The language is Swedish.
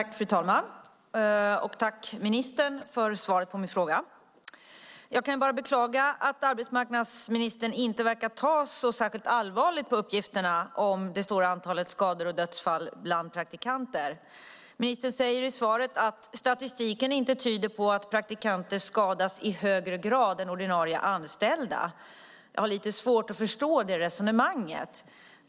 Fru talman! Jag tackar ministern för svaret på min fråga. Jag kan bara beklaga att arbetsmarknadsministern inte verkar ta så särskilt allvarligt på uppgifterna om det stora antalet skador och dödsfall bland praktikanter. Ministern säger i svaret att statistiken inte tyder på att praktikanter skadas i högre grad än ordinarie anställda. Jag har lite svårt att förstå det resonemanget.